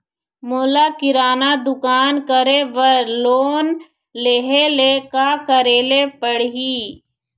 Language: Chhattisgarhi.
मोला किराना दुकान करे बर लोन लेहेले का करेले पड़ही?